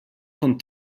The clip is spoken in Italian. con